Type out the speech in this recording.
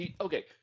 okay